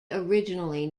originally